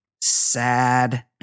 sad